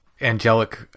angelic